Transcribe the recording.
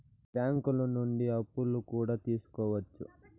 బ్యాంకులు నుండి అప్పులు కూడా తీసుకోవచ్చు